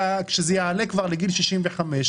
כשזה יעלה כבר לגיל 65,